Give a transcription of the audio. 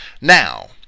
Now